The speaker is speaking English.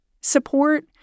support